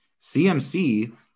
CMC